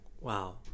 wow